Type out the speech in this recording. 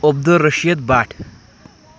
Abdul Rashid Bhat